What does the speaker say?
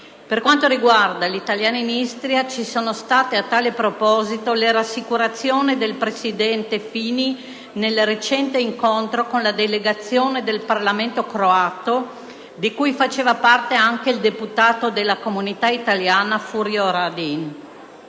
Per quanto riguarda gli italiani in Istria, ci sono state a tale proposito le rassicurazioni del presidente Fini nel recente incontro con la delegazione del Parlamento croato, di cui faceva parte anche il deputato croato della comunità italiana Furio Radin.